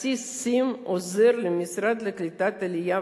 כרטיס SIM עוזר למשרד לקליטת העלייה,